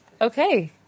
Okay